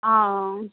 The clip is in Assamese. অঁ